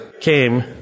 came